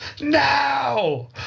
Now